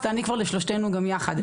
אז תעני לשלושתנו גם יחד,